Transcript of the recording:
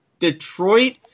Detroit